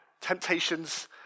temptations